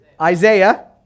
Isaiah